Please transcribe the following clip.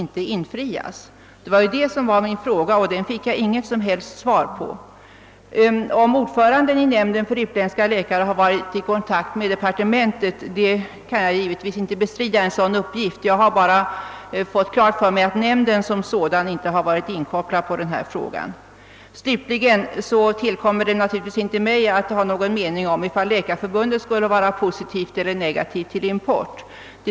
Det var det jag frågade om, och på den frågan fick jag inget som helst svar. Huruvida ordföranden i nämnden för utländska läkare varit i kontakt med departementet vet jag inte, och jag kan givetvis inte bestrida en sådan uppgift; jag har bara fått klart för mig att nämnden som sådan inte varit inkopplad på frågan. Det tillkommer naturligtvis inte mig att ha någon mening om huruvida Läkarförbundet är positivt eller negativt till import av läkare.